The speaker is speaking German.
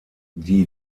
die